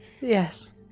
Yes